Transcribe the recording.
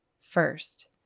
first